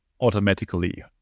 automatically